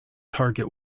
target